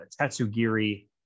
Tatsugiri